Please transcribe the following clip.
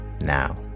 now